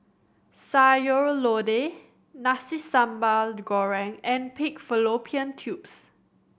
Sayur Lodeh Nasi Sambal Goreng and pig fallopian tubes